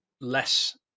less